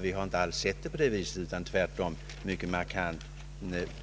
Vi har inte sett den offentliga sektorn på det viset utan tvärtom mycket markant